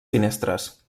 finestres